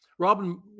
Robin